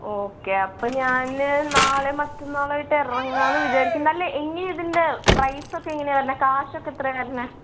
okay അപ്പം ഞാൻ നാളെയോ മറ്റന്നാളോ ആയിട്ട് ഇറങ്ങാമെന്ന് വിചാരിക്കുന്നു നല്ല ഇനിയിതിൻ്റെ പ്രൈസ് ഒക്കെ എങ്ങനെയാണ് വരുന്നത് കാശൊക്കെ എത്രയാണ് വരുന്നത്